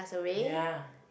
ya